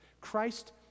Christ